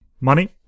Money